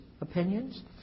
opinions